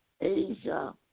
Asia